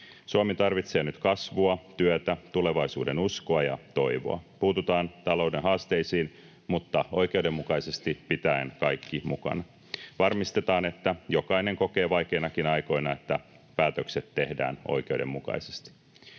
Suomi tarvitsee nyt kasvua, työtä, tulevaisuudenuskoa ja toivoa. Puututaan talouden haasteisiin mutta oikeudenmukaisesti pitäen kaikki mukana. Varmistetaan, että jokainen kokee vaikeinakin aikoina, että päätökset tehdään oikeudenmukaisesti.